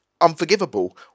unforgivable